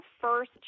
first